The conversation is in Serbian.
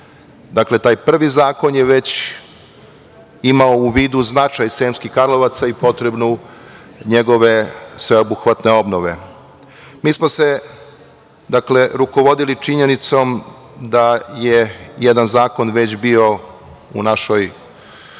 Dakle, taj prvi zakon je već imao u vidu značaj Sremskih Karlovaca i potrebu njegove sveobuhvatne obnove. Mi smo se rukovodili činjenicom da je jedan zakon već bio u našoj